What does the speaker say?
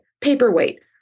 paperweight